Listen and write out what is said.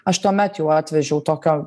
aš tuomet jau atvežiau tokio